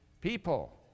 People